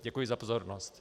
Děkuji za pozornost.